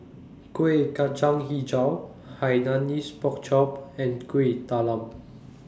Kueh Kacang Hijau Hainanese Pork Chop and Kuih Talam